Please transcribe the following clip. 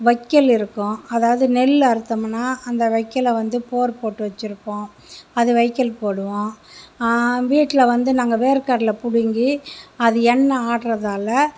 வைக்கல் இருக்கும் அதாவது நெல் அறுத்தம்ன்னா அந்த வைக்கல வந்து போர் போட்டு வச்சுருப்போம் அது வைக்கல் போடுவோம் வீட்டில் வந்து நாங்கள் வேர்க்கடலை பிடுங்கி அது என்ன ஆட்டுரதால்